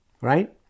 Right